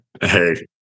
Hey